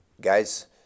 guys